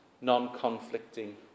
non-conflicting